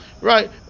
Right